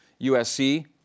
USC